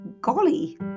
golly